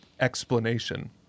explanation